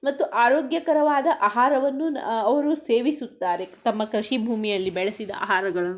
ಮತ್ತು ಆರೋಗ್ಯಕರವಾದ ಆಹಾರವನ್ನು ಅವರು ಸೇವಿಸುತ್ತಾರೆ ತಮ್ಮ ಕೃಷಿ ಭೂಮಿಯಲ್ಲಿ ಬೆಳೆಸಿದ ಆಹಾರಗಳನ್ನು